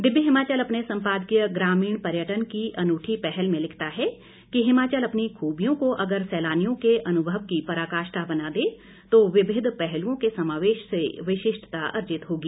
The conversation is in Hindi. दिव्य हिमाचल अपने संपादकीय ग्रामीण पर्यटन की अनूठी पहल में लिखता है कि हिमाचल अपनी खूबियों को अगर सैलानियों के अनुभव की पराकाष्ठा बना दे तो विविध पहलुओं के समावेश से विशिष्टता अर्जित होगी